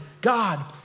God